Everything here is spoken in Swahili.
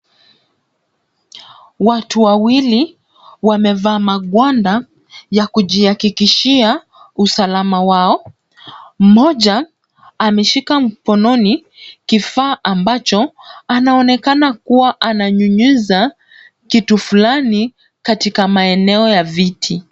Watu wawili wameva magwanda, ya kujiakikishia usalama wao. Mmoja amishika mkononi kifa ambacho anaonekana kuwa ananyunyuza kitu fulani katika maeneo ya viti.